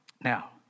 Now